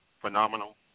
phenomenal